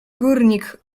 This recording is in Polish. górnik